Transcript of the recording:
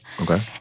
Okay